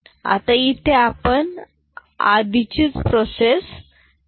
आता इथे आपण आधी च प्रोसेस करणार